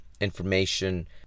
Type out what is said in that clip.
Information